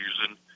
using